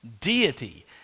deity